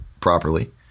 properly